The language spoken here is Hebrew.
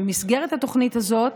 במסגרת התוכנית הזאת